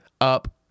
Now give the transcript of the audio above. up